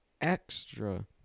extra